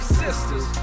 sisters